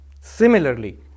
Similarly